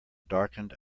darkened